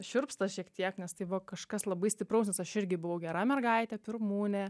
šiurpsta šiek tiek nes tai buvo kažkas labai stipraus nes aš irgi buvau gera mergaitė pirmūnė